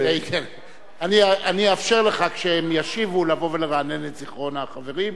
אני אאפשר לך כשהם ישיבו לבוא ולרענן את זיכרון החברים.